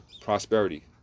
prosperity